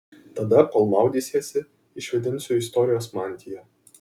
tada kol maudysiesi išvėdinsiu istorijos mantiją